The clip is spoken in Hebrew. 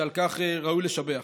ועל כך הוא ראוי לשבח.